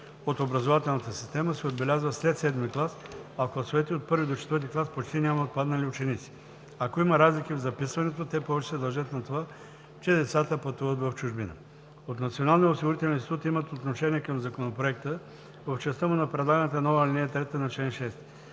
от образователната система се отбелязва след VII клас, а в класовете от I до IV клас почти няма отпаднали ученици. Ако има разлики в записването, те повечето се дължат на това, че децата пътуват в чужбина. От Националния осигурителен институт имат отношение към Законопроекта в частта му на предлаганата нова ал. 3 на чл. 6.